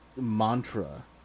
mantra